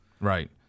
Right